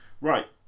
Right